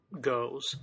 goes